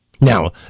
Now